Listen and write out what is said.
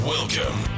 Welcome